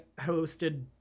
hosted